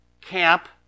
camp